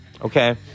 Okay